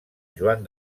joan